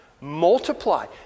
multiply